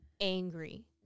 angry